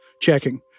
Checking